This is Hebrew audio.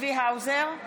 צבי האוזר,